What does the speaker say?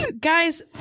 Guys